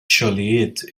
xogħlijiet